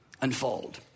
unfold